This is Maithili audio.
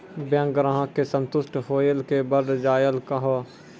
बैंक ग्राहक के संतुष्ट होयिल के बढ़ जायल कहो?